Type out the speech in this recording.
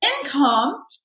income